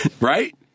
right